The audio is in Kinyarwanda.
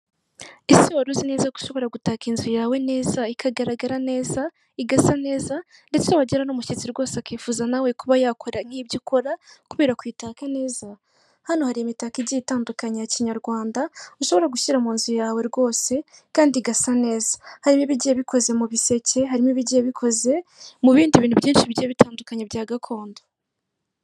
Ese waruzi neza ko ushobora gutaka inzu yawe neza, ikagaragara neza, igasa neza ndetse wagira n'umushyitsi rwose akifuza nawe kuba yakora nkibyo ukora kubera kuyitaka neza? Hano hari imitako igiye itandukanye ya kinyarwanda, ushobora gushyira mu nzu yawe rwose kandi igasa neza, harimo ibigiye bikoze mubiseke, harimo ibigiye bikoze mubindi bintu byinshi bigiye bitandukanye byagakondo.